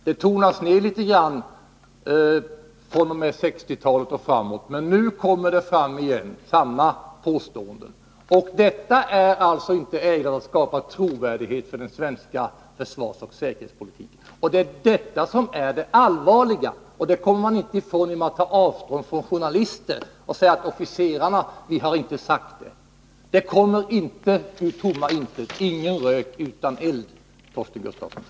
Detta tonades ned litet 183 grand fr.o.m. 1960-talet, men nu kommer samma påståenden fram igen. Det är alltså inte ägnat att skapa trovärdighet för den svenska försvarsoch säkerhetspolitiken. Det är det som är det allvarliga, och det kommer man inte ifrån genom att ta avstånd från journalisten och säga att officerarna inte har sagt dessa saker. Det kommer inte ur tomma intet — ingen rök utan eld, Torsten Gustafsson.